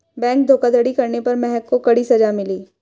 bank धोखाधड़ी करने पर महक को कड़ी सजा मिली